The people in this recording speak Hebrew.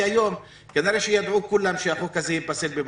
כנראה שידעו כולם שהחוק הזה ייפסל בבג"צ.